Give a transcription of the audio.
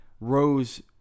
Rose